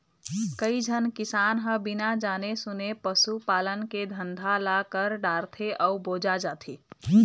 कइझन किसान ह बिना जाने सूने पसू पालन के धंधा ल कर डारथे अउ बोजा जाथे